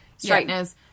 Straighteners